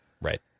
right